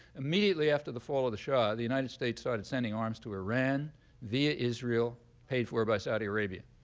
immediately after the fall of the shah, the united states started sending arms to iran via israel paid for by saudi arabia.